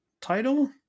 title